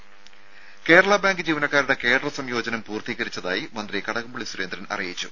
രുഭ കേരള ബാങ്ക് ജീവനക്കാരുടെ കേഡർ സംയോജനം പൂർത്തീകരിച്ചതായി മന്ത്രി കടകംപള്ളി സുരേന്ദ്രൻ അറിയിച്ചു